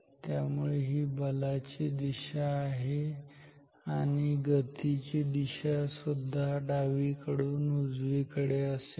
त्यामुळे ही बलाची दिशा आहे आणि गतीची दिशा सुद्धा डावीकडून उजवीकडे असेल